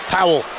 Powell